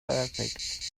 perfect